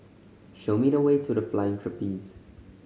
show me the way to The Flying Trapeze